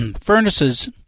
furnaces